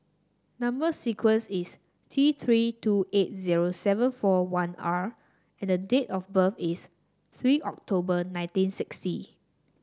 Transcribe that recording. number sequence is T Three two eight zero seven four one R and date of birth is three October nineteen sixty